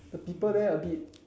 the people there a bit